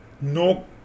no